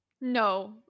No